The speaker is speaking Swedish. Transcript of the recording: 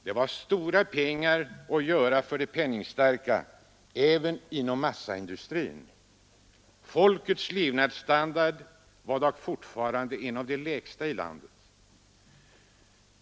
Det var stora pengar att göra för de penningstarka även inom massaindustrin. Folkets levnadsnivå var dock fortfarande bland de lägsta i landet.